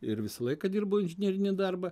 ir visą laiką dirbau inžinerinį darbą